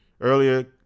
earlier